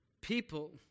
People